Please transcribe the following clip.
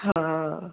हा